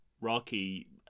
Rocky